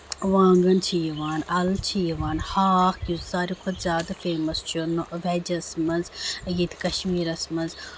وانگَن چھِ یِوان اَلہٕ چھِ یِوان ہاکھ یُس ساروی کھۄتہٕ زیادٕ فیمَس چھُ ویجَس منٛز ییٚتہِ کَشمیٖرَس منٛز